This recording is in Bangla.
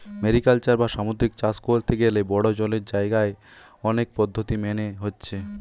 মেরিকালচার বা সামুদ্রিক চাষ কোরতে গ্যালে বড়ো জলের জাগায় অনেক পদ্ধোতি মেনে হচ্ছে